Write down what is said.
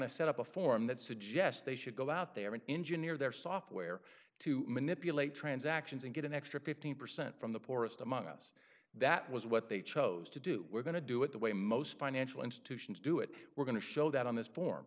to set up a forum that suggests they should go out there and engineer their software to manipulate transactions and get an extra fifteen percent from the poorest among us that was what they chose to do we're going to do it the way most financial institutions do it we're going to show that on this